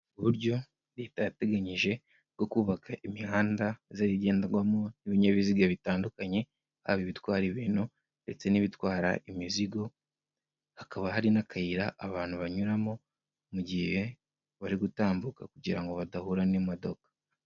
Uburyo leta yateganyije bwo kubaka imihanda izajya igenderwamo n'ibinyabiziga bitandukanye, haba ibitwara ibintu ndetse n'ibitwara imizigo, hakaba hari n'akayira abantu banyuramo mu gihe bari gutambuka kugira ngo badahura n'imodoka.